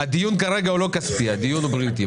הדיון כרגע הוא לא כספי, הדיון הוא בריאותי.